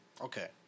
Okay